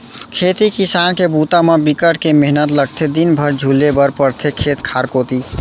खेती किसान के बूता म बिकट के मेहनत लगथे दिन भर झुले बर परथे खेत खार कोती